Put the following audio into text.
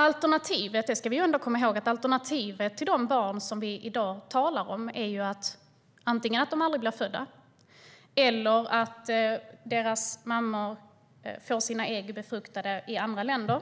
Vi ska komma ihåg att alternativet när det gäller de barn som vi i dag talar om är att de aldrig blir födda, att deras mammor får sina ägg befruktade i andra länder